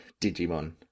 Digimon